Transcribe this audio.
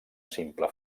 simple